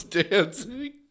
dancing